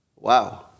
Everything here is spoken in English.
Wow